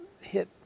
hit